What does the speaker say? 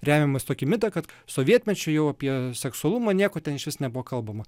remiamasi į tokį mitą kad sovietmečiu jau apie seksualumą nieko ten išvis nebuvo kalbama